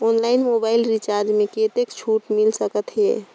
Online mobile recharge मे कतेक छूट मिल सकत हे?